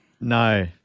No